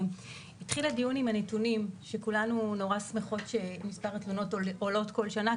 הדיון התחיל עם הנתונים שכולנו מאוד שמחות שמספר התלונות עולה כל שנה,